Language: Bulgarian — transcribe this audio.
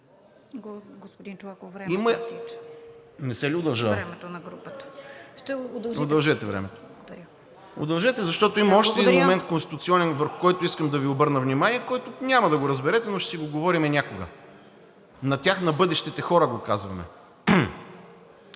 РАДОМИР ЧОЛАКОВ: Удължете, защото има още един момент - конституционен, върху който искам да Ви обърна внимание, който няма да го разберете, но ще си го говорим някога. На тях, на бъдещите хора, го казваме.